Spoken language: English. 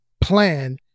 plan